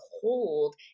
hold